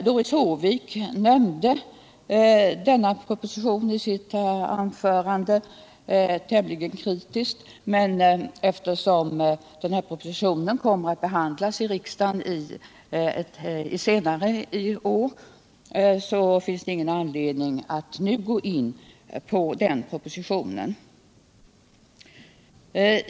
Doris Håvik berörde den propositionen i sitt anförande och var då tämligen kritisk, men eftersom propositionen kommer att behandlas i riksdagen senare i år finns det ingen anledning att nu gå in på densamma.